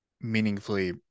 meaningfully